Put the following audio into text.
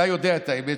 אתה יודע את האמת,